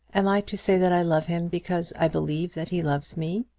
am i to say that i love him because i believe that he loves me?